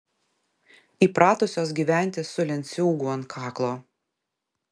įpratusios gyventi su lenciūgu ant kaklo